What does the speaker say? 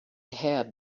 had